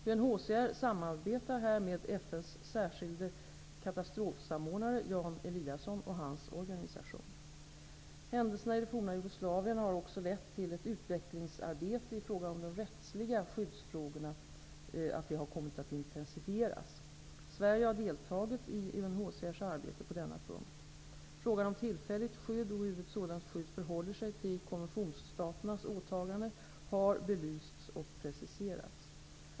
UNHCR samarbetar här med FN:s särskilde katastrofsamordnare Jan Eliasson och hans organisation. Händelserna i det forna Jugoslavien har också lett till att ett utvecklingsarbete i fråga om de rättsliga skyddsfrågorna kommit att intensifieras. Sverige har deltagit i UHNCR:s arbete på denna punkt. Frågan om tillfälligt skydd och hur ett sådant skydd förhåller sig till konventionsstaternas åtaganden har belysts och preciserats.